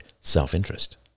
self-interest